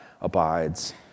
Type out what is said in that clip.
abides